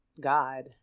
God